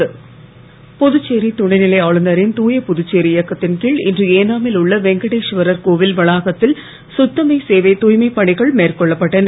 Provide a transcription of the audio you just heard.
ஏனாம் புதுச்சேரி துணை நிலை ஆளுநரின் தூய புதுச்சேரி இயக்கத்தின் கீழ் இன்று ஏனாமில் உள்ள வெங்கடேஸ்வரர் கோவில் வளாகத்தில் சுத்தமே சேவை தூய்மைப் பணிகள் மேற்கொள்ளப்பட்டன